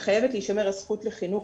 וחייבת להישמר הזכות לחינוך.